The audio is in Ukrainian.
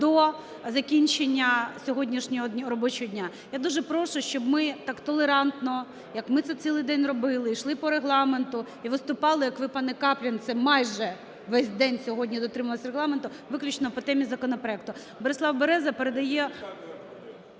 до закінчення сьогоднішнього робочого дня. Я дуже прошу, щоб ми так толерантно, як ми це цілий день робили, йшли по Регламенту і виступали, як ви, пане Каплін, це майже весь день сьогодні дотримувалися Регламенту виключно по темі законопроекту. Борислав Береза передає…